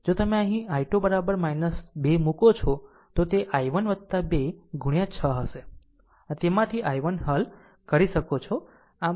જો તમે અહીં i2 2 મુકો છો તો તે i1 2 ગુણ્યા 6 હશે અને તેમાંથી તમે i1 હલ કરી શકો છો